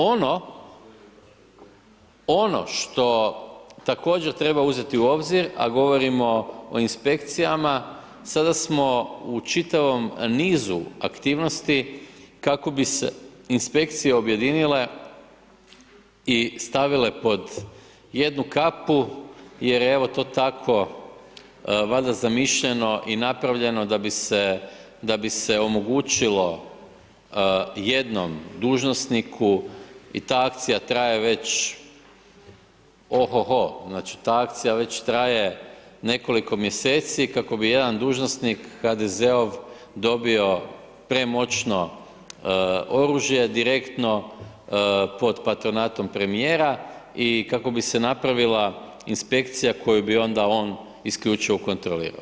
Ono što također treba uzeti u obzir, a govorimo o inspekcijama, sada smo u čitavom nizu aktivnosti kako bi se inspekcije objedinile i stavile pod jednu kapu, jer je evo to tako, valjda zamišljeno i napravljeno da bi se, da bi se omogućilo jednom dužnosniku, i ta akcija traje već o-ho-ho, znači, ta akcija već traje nekoliko mjeseci kako bi jedan dužnosnik, HDZ-ov, dobio premoćno oružje direktno pod patronatom premijera i kako bi se napravila inspekcija koju bi onda on isključivo kontrolirao.